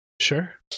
Sure